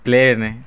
plane